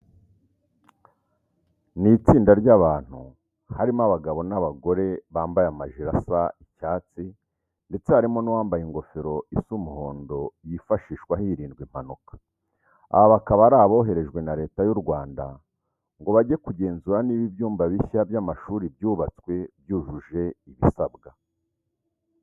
Ni itsinda ry'abantu, harimo abagabo n'abagore, bambaye amajire asa icyatsi ndetse harimo n'uwambaye ingofero isa umuhondo yifashishwa hirindwa impanuka. Aba bakaba ari aboherejwe na Leta y'u Rwanda ngo bajye kugenzura niba ibyumba bishya by'amashuri byubatswe byujuje ibisabwa.